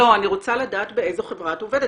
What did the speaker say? לא, אני רוצה לדעת באיזה חברה את עובדת.